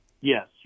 Yes